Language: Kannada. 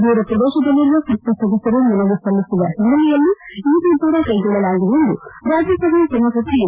ದೂರ ಪ್ರದೇಶದಲ್ಲಿರುವ ಸಂಸತ್ ಸದಸ್ಟರು ಮನವಿ ಸಲ್ಲಿಸಿದ ಹಿನ್ನೆಲೆಯಲ್ಲಿ ಈ ನಿರ್ಧಾರ ಕೈಗೊಳ್ಳಲಾಗಿದೆ ಎಂದು ರಾಜ್ಯಸಭೆಯ ಸಭಾಪತಿ ಎಂ